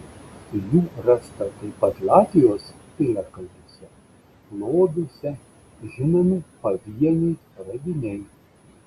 jų rasta taip pat latvijos piliakalniuose lobiuose žinomi pavieniai radiniai